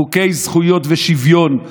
חוקי זכויות ושוויון,